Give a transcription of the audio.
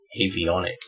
Avionic